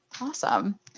Awesome